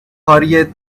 hurried